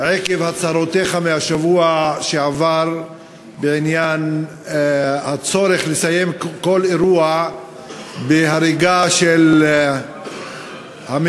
עקב הצהרותיך בשבוע שעבר בעניין הצורך לסיים כל אירוע בהריגה של המפגע,